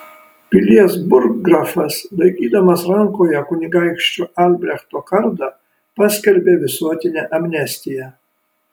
pilies burggrafas laikydamas rankoje kunigaikščio albrechto kardą paskelbė visuotinę amnestiją